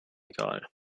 egal